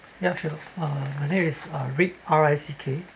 ya sure uh my name is uh rick R I C K